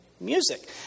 music